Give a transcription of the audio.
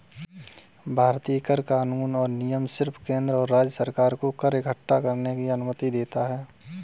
भारतीय कर कानून और नियम सिर्फ केंद्र और राज्य सरकार को कर इक्कठा करने की अनुमति देता है